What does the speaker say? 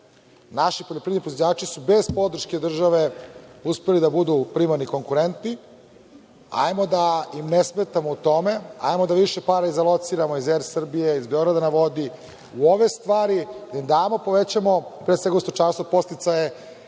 Naši poljoprivredni proizvođači su bez podrške države uspeli da budu primarni i konkurentni. Ajmo da im ne smetamo u tome, ajmo da više para lociramo iz „Er Srbije“, iz „Beograda na vodi“ u ove stvari, da im damo, povećamo pre svega u stočarstvu podsticaje